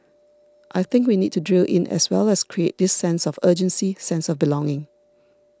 I think we need to drill in as well as create this sense of urgency sense of belonging